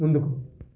ముందుకు